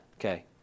okay